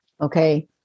okay